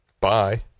Bye